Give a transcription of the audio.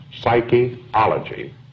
psychology